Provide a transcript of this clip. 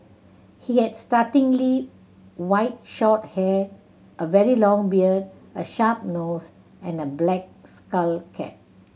he had startlingly white short hair a very long beard a sharp nose and a black skull cap